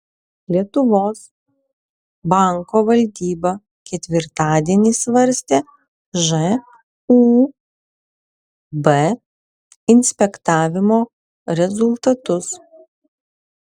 lietuvos banko valdyba ketvirtadienį svarstė žūb inspektavimo rezultatus